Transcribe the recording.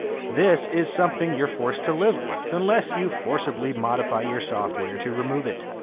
this is something you're forced to live with, unless you forcibly modify your software to remove it.